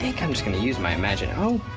think i'm just gonna use my imagi, oh.